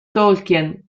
tolkien